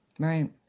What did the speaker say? Right